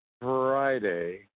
Friday